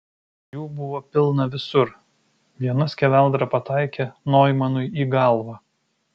jų buvo pilna visur viena skeveldra pataikė noimanui į galvą